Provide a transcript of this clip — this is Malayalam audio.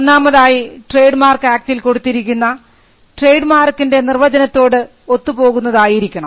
ഒന്നാമതായി ട്രേഡ് മാർക്ക് ആക്ടിൽ കൊടുത്തിരിക്കുന്ന ട്രേഡ് മാർക്കിൻറെ നിർവചനത്തോട് ഒത്തുപോകുന്നതായിരിക്കണം